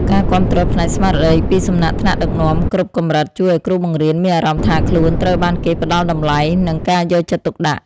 ការគាំទ្រផ្នែកស្មារតីពីសំណាក់ថ្នាក់ដឹកនាំគ្រប់កម្រិតជួយឱ្យគ្រូបង្រៀនមានអារម្មណ៍ថាខ្លួនត្រូវបានគេផ្តល់តម្លៃនិងការយកចិត្តទុកដាក់។